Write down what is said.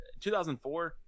2004